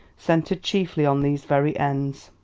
centred chiefly on these very ends.